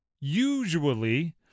usually